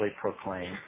proclaim